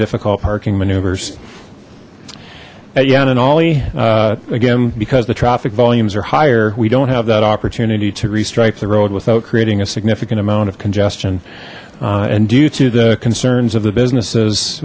difficult parking maneuvers at yan and oli again because the traffic volumes are higher we don't have that opportunity to restrike the road without creating a significant amount of congestion and due to the concerns of the businesses